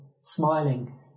Smiling